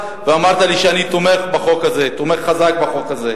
ואמרת לי: אני תומך בחוק הזה, תומך חזק בחוק הזה.